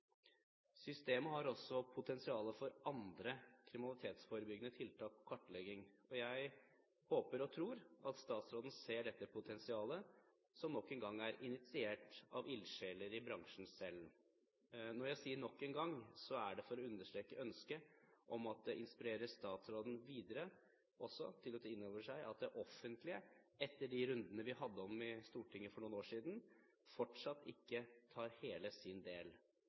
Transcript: Systemet har også potensial når det gjelder andre kriminalitetsforebyggende tiltak, og når det gjelder kartlegging. Jeg håper og tror at statsråden ser dette potensialet, som nok en gang er initiert av ildsjeler i bransjen selv. Når jeg sier «nok en gang», er det for å understreke ønsket om at det vil inspirere statsråden til videre å ta inn over seg at det offentlige – etter de rundene vi hadde i Stortinget for noen år siden – fortsatt ikke tar hele sin del.